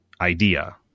idea